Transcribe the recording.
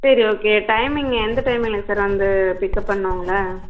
சரி okay timing எந்த டைமிலங்க சார் வந்து பிக்அப் பண்ணணும் உங்களை